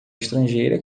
estrangeira